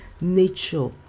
nature